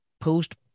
post